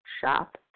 shop